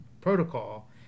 Protocol